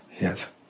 Yes